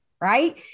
right